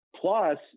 Plus